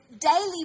daily